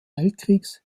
weltkriegs